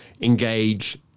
engage